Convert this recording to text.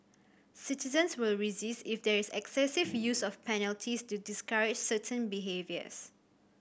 citizens will resist if there is excessive use of penalties to discourage certain behaviours